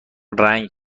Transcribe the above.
رنگ